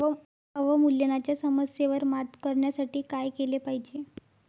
अवमूल्यनाच्या समस्येवर मात करण्यासाठी काय केले पाहिजे?